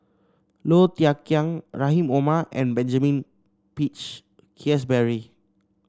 Low Thia Khiang Rahim Omar and Benjamin Peach Keasberry